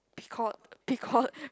Picoult Picoult